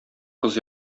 кыз